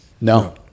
no